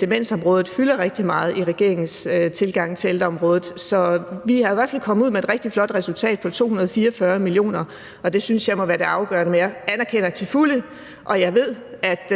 demensområdet fylder rigtig meget i regeringens tilgang til ældreområdet. Så vi er i hvert fald kommet ud med et rigtig flot resultat på 244 mio. kr., og det synes jeg må være det afgørende. Men jeg anerkender til fulde og ved også, at